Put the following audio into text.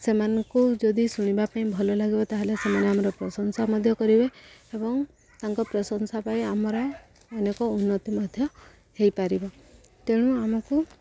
ସେମାନଙ୍କୁ ଯଦି ଶୁଣିବା ପାଇଁ ଭଲ ଲାଗିବ ତା'ହେଲେ ସେମାନେ ଆମର ପ୍ରଶଂସା ମଧ୍ୟ କରିବେ ଏବଂ ତାଙ୍କ ପ୍ରଶଂସା ପାଇଁ ଆମର ଅନେକ ଉନ୍ନତି ମଧ୍ୟ ହେଇପାରିବ ତେଣୁ ଆମକୁ